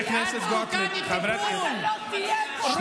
אתה לא תהיה, עוד הרבה זמן.